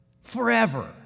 Forever